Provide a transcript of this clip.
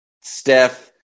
Steph